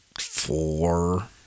four